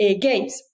games